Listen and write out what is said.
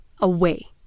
away